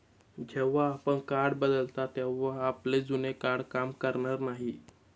जेव्हा आपण कार्ड बदलता तेव्हा आपले जुने कार्ड काम करणार नाही